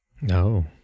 No